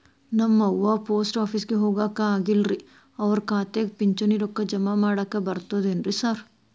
ನಮ್ ಅವ್ವ ಪೋಸ್ಟ್ ಆಫೇಸಿಗೆ ಹೋಗಾಕ ಆಗಲ್ರಿ ಅವ್ರ್ ಖಾತೆಗೆ ಪಿಂಚಣಿ ರೊಕ್ಕ ಜಮಾ ಮಾಡಾಕ ಬರ್ತಾದೇನ್ರಿ ಸಾರ್?